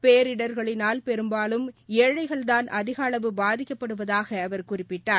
பேரிடர்களினால் பெரும்பாலும் ஏழைகள்தான் அதிகளவு பாதிக்கப்படுவதாக அவர் குறிப்பிட்டார்